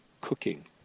cooking